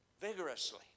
vigorously